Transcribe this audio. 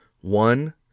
one